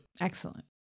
Excellent